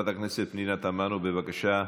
חברת הכנסת פנינה תמנו, בבקשה.